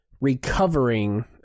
recovering